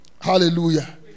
Hallelujah